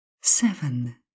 seven